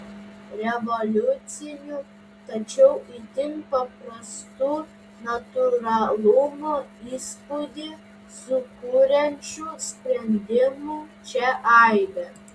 revoliucinių tačiau itin paprastų natūralumo įspūdį sukuriančių sprendimų čia aibė